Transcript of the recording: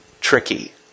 tricky